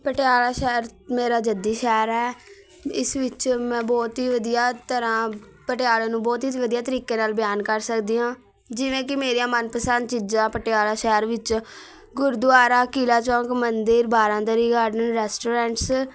ਪਟਿਆਲਾ ਸ਼ਹਿਰ ਮੇਰਾ ਜੱਦੀ ਸ਼ਹਿਰ ਹੈ ਇਸ ਵਿੱਚ ਮੈਂ ਬਹੁਤ ਹੀ ਵਧੀਆ ਤਰ੍ਹਾਂ ਪਟਿਆਲੇ ਨੂੰ ਬਹੁਤ ਹੀ ਵਧੀਆ ਤਰੀਕੇ ਨਾਲ ਬਿਆਨ ਕਰ ਸਕਦੀ ਹਾਂ ਜਿਵੇਂ ਕਿ ਮੇਰੀਆਂ ਮਨਪਸੰਦ ਚੀਜ਼ਾਂ ਪਟਿਆਲਾ ਸ਼ਹਿਰ ਵਿੱਚ ਗੁਰਦੁਆਰਾ ਕਿਲ੍ਹਾ ਚੌਂਕ ਮੰਦਿਰ ਬਾਰਾਦਰੀ ਗਾਰਡਨ ਰੈਸਟੋਰੈਂਟਸ